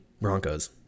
Broncos